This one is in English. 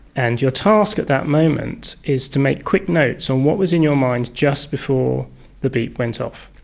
and your task at that moment is to make quick notes on what was in your mind just before the beep went off.